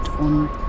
und